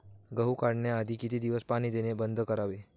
गहू काढण्याआधी किती दिवस पाणी देणे बंद करावे?